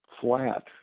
flat